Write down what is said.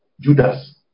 Judas